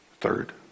Third